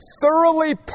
thoroughly